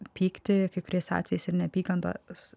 pyktį kai kuriais atvejais ir neapykantos